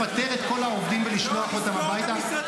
לפטר את כל העובדים ולשלוח אותם הביתה?